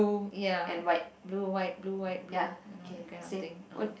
ya blue white blue white blue you know that kind of thing ah